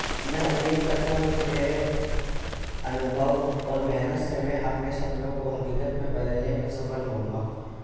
میں امید کرتا ہوں کہ میرے انوبھو اور محنت سے میں اپنے سپنوں کو حقیقت میں بدلنے میں سفل ہوں گا